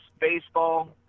baseball